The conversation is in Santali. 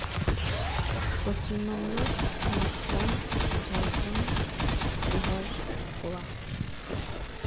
ᱯᱚᱥᱪᱷᱤᱢ ᱵᱚᱝᱜᱚ ᱳᱲᱤᱥᱥᱟ ᱡᱷᱟᱲᱠᱷᱚᱱᱰ ᱵᱤᱦᱟᱨ ᱜᱳᱣᱟ